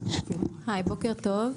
היי, בוקר טוב.